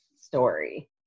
story